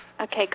Okay